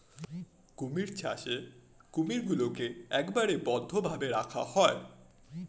কুমির চাষে কুমিরগুলোকে একেবারে বদ্ধ ভাবে রাখা হয়